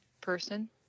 person